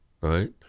right